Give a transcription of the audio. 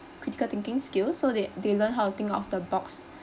critical thinking skills so that they learn how to think out of the box